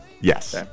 Yes